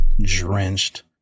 drenched